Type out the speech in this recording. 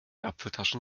apfeltaschen